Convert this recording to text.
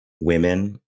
women